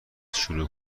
شروع